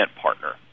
partner